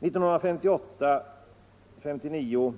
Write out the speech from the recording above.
1958-1959